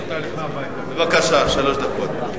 בבקשה, שלוש דקות.